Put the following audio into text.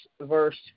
verse